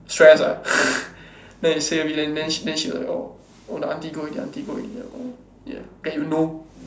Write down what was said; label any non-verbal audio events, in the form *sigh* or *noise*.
stress ah *laughs* then I say a bit then then she then she like orh the aunty go already aunty go already lah oh ya then you know